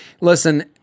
listen